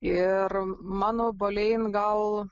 ir mano bolein gal